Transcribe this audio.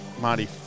Marty